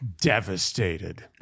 Devastated